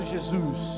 Jesus